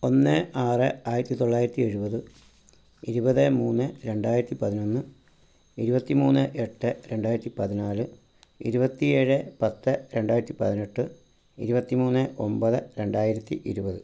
ഒന്ന് ആറ് ആയിരത്തിത്തൊള്ളായിരത്തിഎഴുപത് ഇരുപത് മൂന്ന് രണ്ടായിരത്തിപ്പതിനൊന്ന് ഇരുപത്തി മൂന്ന് എട്ട് രണ്ടായിരത്തിപ്പതിനാല് ഇരുപത്തി ഏഴ് പത്ത് രണ്ടായിരത്തിപ്പതിനെട്ട് ഇരുപത്തി മൂന്ന് ഒമ്പത് രണ്ടായിരത്തി ഇരുപത്